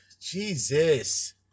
Jesus